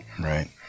right